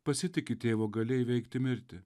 pasitiki tėvo galia įveikti mirtį